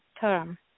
term